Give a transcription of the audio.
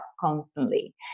constantly